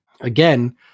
Again